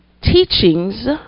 teachings